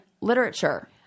literature